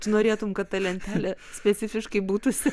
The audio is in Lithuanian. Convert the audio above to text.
tu norėtum kad ta lentelė specifiškai būtų su